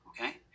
okay